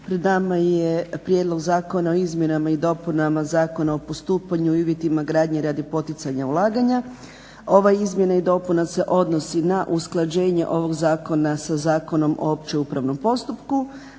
Pred nama je Prijedloga zakona o izmjenama Zakona o postupanju i uvjetima gradnje radi poticanja ulaganja. Ova izmjena i dopuna se odnosi na usklađenje ovog zakona sa Zakonom o opće upravnom postupku,